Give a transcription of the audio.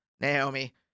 naomi